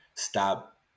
stop